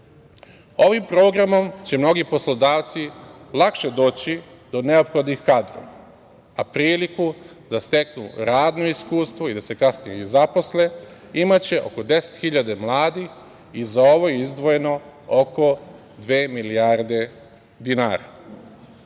Ovim programom će mnogi poslodavci lakše doći do neophodnih kadrova, a priliku da steknu radno iskustvo i da se kasnije i zaposle imaće oko 10 hiljada mladih i za ovo je izdvojeno oko dve milijarde dinara. Ako